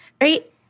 right